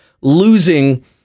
losing